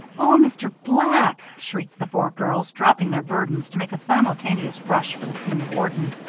oh, mr. black! shrieked the four girls, dropping their burdens to make a simultaneous rush for the senior warden.